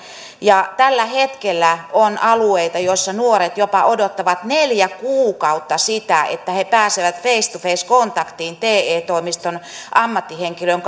tällä hetkellä on alueita missä nuoret odottavat jopa neljä kuukautta sitä että he pääsevät face to face kontaktiin te toimiston ammattihenkilön